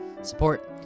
support